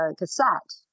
cassette